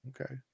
Okay